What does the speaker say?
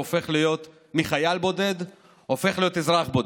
הוא הופך להיות מחייל בודד לאזרח בודד.